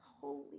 Holy